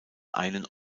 einen